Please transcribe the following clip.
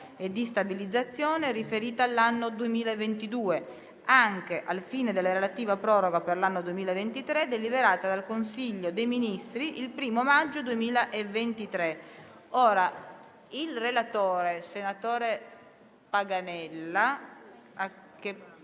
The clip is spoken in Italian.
e di stabilizzazione, riferita all'anno 2022, anche al fine della relativa proroga per l'anno 2023, deliberata dal Consiglio dei ministri il 1° maggio 2023 (*Doc.* XXVI, n. 1); valutata